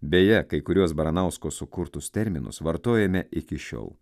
beje kai kuriuos baranausko sukurtus terminus vartojame iki šiol